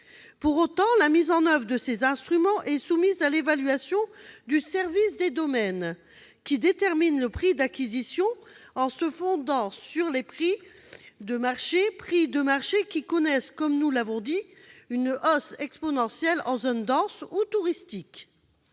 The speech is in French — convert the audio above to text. Pour autant, la mise en oeuvre de ces instruments est soumise à l'évaluation du service des domaines, qui détermine le prix d'acquisition en se fondant sur les prix de marché. Or, comme nous l'avons déjà souligné, ceux-ci connaissent une hausse exponentielle en zone dense ou touristique.